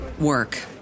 work